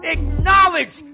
Acknowledge